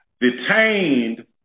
detained